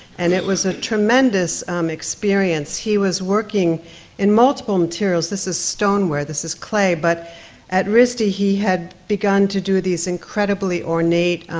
and it was a tremendous um experience. he was working in multiple materials. this is stoneware, this is clay, but at risd, ah he had begun to do these incredibly ornate,